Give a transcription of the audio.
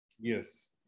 Yes